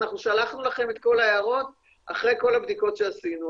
אנחנו שלחנו לכם את כל ההערות אחרי כל הבדיקות שעשינו,